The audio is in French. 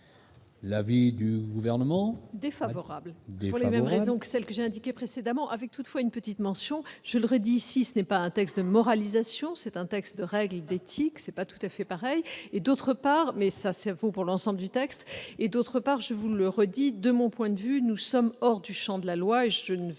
l'avis du Gouvernement ?